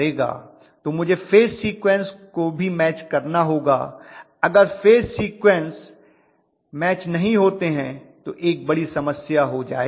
तो मुझे phase sequence को भी मैच करना होगा अगर फेज सीक्वेंस मैच नहीं होते हैं तो एक बड़ी समस्या हो जाएगी